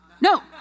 No